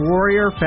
Warrior